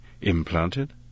Implanted